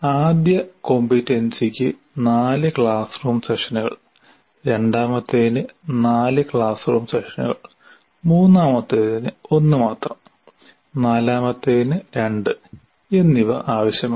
ആദ്യ കോംപറ്റൻസിയ്ക് 4 class room സെഷനുകൾ രണ്ടാമത്തേതിന് 4 ക്ലാസ് റൂം സെഷനുകൾ മൂന്നാമത്തേതിന് 1 മാത്രം നാലാമത്തേതിന് 2 എന്നിവ ആവശ്യമാണ്